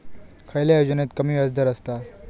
खयल्या योजनेत कमी व्याजदर असता?